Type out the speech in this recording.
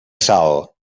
sal